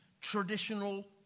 traditional